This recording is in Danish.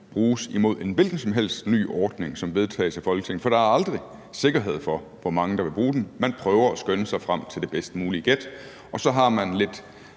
bruges imod en hvilken som helst ny ordning, som vedtages af Folketinget, for der er aldrig sikkerhed for, hvor mange der vil bruge den. Man prøver at skønne sig frem til det bedst mulige gæt, og så har man lidt